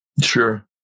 Sure